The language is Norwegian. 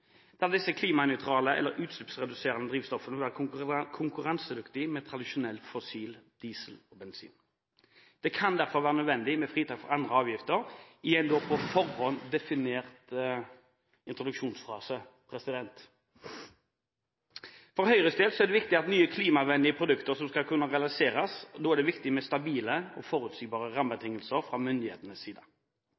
da disse klimanøytrale eller utslippsreduserende drivstoffene vil være konkurransedyktige med tradisjonell fossil diesel og bensin. Det kan derfor være nødvendig med fritak for andre avgifter i en da på forhånd definert introduksjonsfase. For Høyres del er det viktig, for at nye klimavennlige produkter skal kunne realiseres, at det er stabile og forutsigbare